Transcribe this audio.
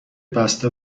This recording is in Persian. بسته